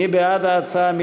מי בעד ההצעה?